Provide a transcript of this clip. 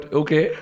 okay